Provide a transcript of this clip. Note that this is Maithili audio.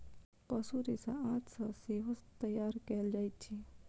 पशु रेशा आंत सॅ सेहो तैयार कयल जाइत अछि